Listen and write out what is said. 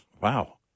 wow